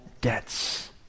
debts